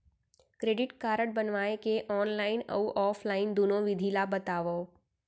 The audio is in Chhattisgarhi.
क्रेडिट कारड बनवाए के ऑनलाइन अऊ ऑफलाइन दुनो विधि ला बतावव?